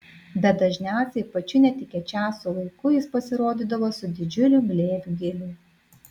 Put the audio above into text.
bet dažniausiai pačiu netikėčiausiu laiku jis pasirodydavo su didžiuliu glėbiu gėlių